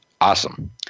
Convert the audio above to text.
awesome